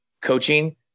coaching